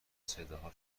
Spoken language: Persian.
صداها